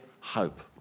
hope